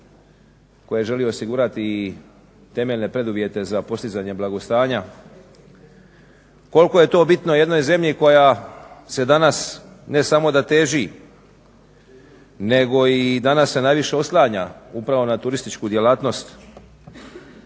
koje želi osigurati i temeljne preduvjete za postizanje blagostanja. Koliko je to bitno jednoj zemlji koja se danas ne samo da teži nego i danas se najviše oslanja upravo na turističku djelatnost